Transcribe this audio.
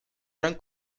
gran